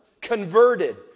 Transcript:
converted